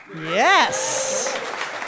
Yes